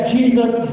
Jesus